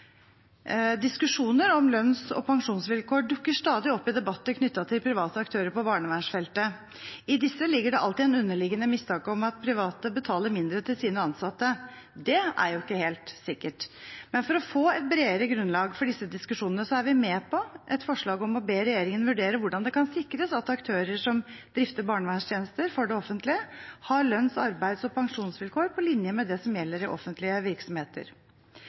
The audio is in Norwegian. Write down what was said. Diskusjoner om lønns- og pensjonsvilkår dukker stadig opp i debatter knyttet til private aktører på barnevernsfeltet. I disse ligger det alltid en underliggende mistanke om at private betaler mindre til sine ansatte. Det er jo ikke helt sikkert. Men for å få et bredere grunnlag for disse diskusjonene er vi med på et forslag om å be regjeringen vurdere hvordan det kan sikres at aktører som drifter barnevernstjenester for det offentlige, har lønns-, arbeids- og pensjonsvilkår på linje med det som gjelder i offentlige virksomheter.